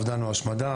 אובדן או השמדה.